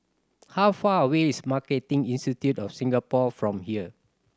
how far away is Marketing Institute of Singapore from here